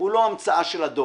הוא לא המצאה של הדור.